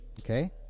Okay